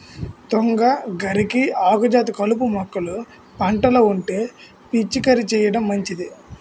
తుంగ, గరిక, ఆకుజాతి కలుపు మొక్కలు పంటలో ఉంటే పిచికారీ చేయడం మంచిది